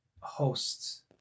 hosts